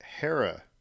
Hera